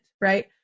right